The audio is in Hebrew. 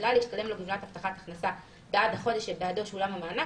חדלה להשתלם לו גמלת הבטחת הכנסה בעד החודש שבעדו שולם המענק,